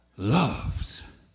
loves